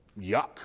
yuck